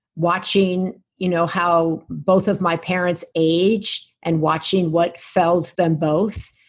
watching you know how both of my parents aged, and watching what felled them both,